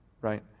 right